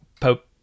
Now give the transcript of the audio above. Pope